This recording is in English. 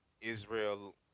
Israel